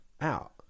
out